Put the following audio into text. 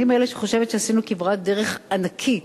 אני מאלה שחושבים שעשינו כברת דרך ענקית,